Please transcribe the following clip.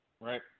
Right